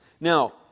Now